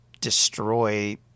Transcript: destroy